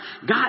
God